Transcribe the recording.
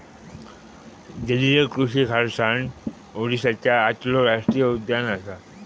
जलीय कृषि खारसाण ओडीसाच्या आतलो राष्टीय उद्यान असा